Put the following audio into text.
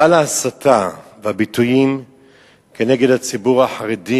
גל ההסתה והביטויים כנגד הציבור החרדי